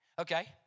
Okay